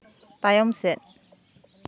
ᱛᱟᱭᱚᱢ ᱥᱮᱫ